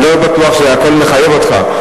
אני לא בטוח שהכול מחייב אותך.